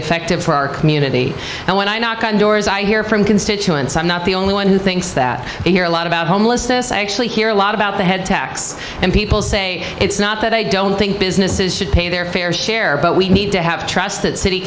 effective for our community and when i knock on doors i hear from can see i'm not the only one who thinks that a lot about homelessness actually hear a lot about the head tax and people say it's not that they don't think businesses should pay their fair share but we need to have trust that city